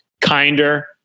kinder